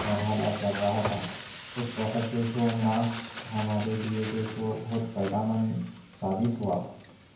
مرحلہ چل رہا تھا اس وقت جو سو ماسک ہمارے لیے جو سو بہت فائدہ مند ثابت ہوا